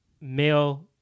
male